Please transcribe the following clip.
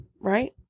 right